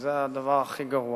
וזה הדבר הכי גרוע.